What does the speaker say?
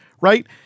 right